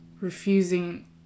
refusing